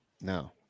No